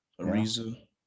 Ariza